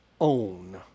own